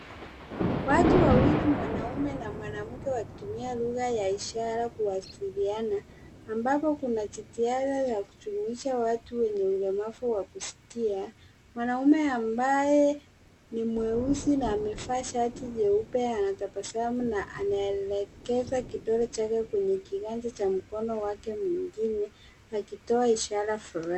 Watu wawili, mwanaume na mwanamke, wakitumia lugha ya ishara kuwasiliana ambapo kuna jitihada za kujumuisha watu wenye ulemavu wa kusikia. Mwanaume ambaye ni mweusi na amevaa shati jeupe anatabasamu na anaelekeza kidole chake kwenye kiganja cha mkono wake mwengine akitoa ishara.